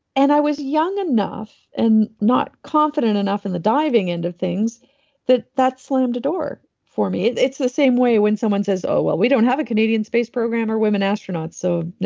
and i was young enough and not confident enough in the diving end of things that that slammed a door for me. it's the same way when someone says, oh. well, we don't have a canadian space program or woman astronauts, so, nah.